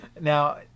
Now